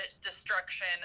destruction